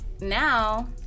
Now